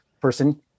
person